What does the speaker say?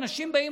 ואנשים באים,